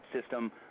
system